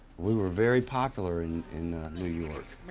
we were very popular in in new york.